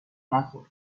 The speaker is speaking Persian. نخور